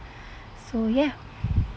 so ya